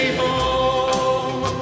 home